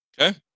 Okay